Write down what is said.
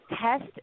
test